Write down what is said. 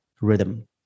rhythm